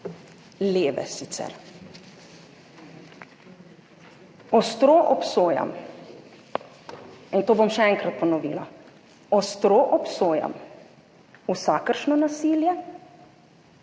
leve sicer. Ostro obsojam, in to bom še enkrat ponovila, ostro obsojam vsakršno nasilje